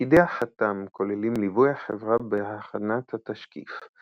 תפקידי החתם כוללים ליווי החברה בהכנת התשקיף,